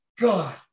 God